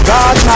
God